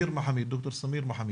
ד"ר סמיר מחמיד.